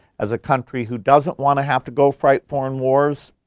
as a country who doesn't want to have to go fight foreign wars